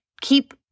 keep